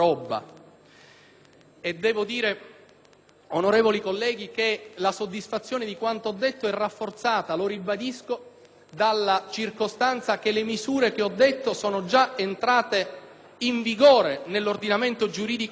E devo dire, onorevoli colleghi, che la soddisfazione per quanto ho detto è rafforzata, lo ribadisco, dalla circostanza che tali misure sono già entrate in vigore nell'ordinamento giuridico italiano